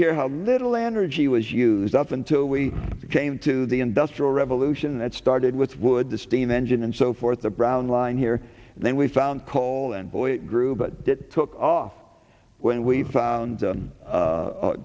here how little energy was used up until we came to the industrial revolution that started with wood the steam engine and so for the brown line here then we found call and boy it grew but it took off when we found